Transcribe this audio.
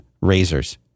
razors